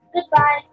goodbye